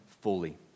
fully